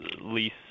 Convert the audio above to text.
lease